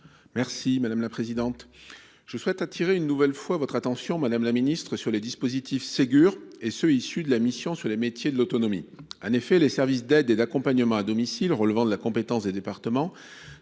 personnes handicapées. Je souhaite attirer une nouvelle fois votre attention, madame la ministre, sur les dispositifs Ségur et ceux qui sont issus de la mission sur les métiers de l'autonomie. En effet, les services d'aide et d'accompagnement à domicile (Saad), relevant de la compétence des départements,